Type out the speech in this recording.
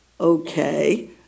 okay